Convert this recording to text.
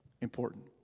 important